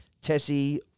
Tessie